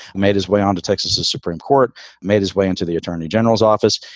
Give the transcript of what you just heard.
made his way on to texas. the supreme court made his way into the attorney general's office.